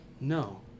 No